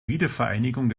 wiedervereinigung